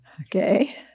Okay